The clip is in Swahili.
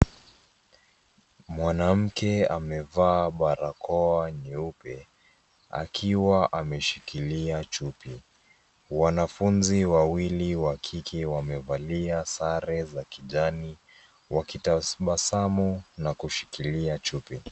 Mwanamke amevaa barakoa nyeupe akiwa ameshikilia chupi. Wanafunzi wawili wa kike wamevalia sare za kijani wakitabasamu na kushikilia chupi.